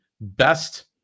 best